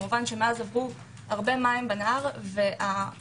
כמובן מאז עברו הרבה מים בנהר והשיטות